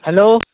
hello